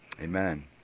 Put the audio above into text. Amen